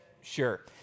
Sure